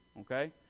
Okay